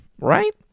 right